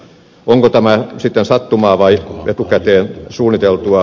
onko tämä sitten sattumaa vai etukäteen suunniteltua